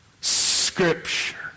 Scripture